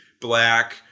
black